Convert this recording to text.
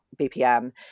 BPM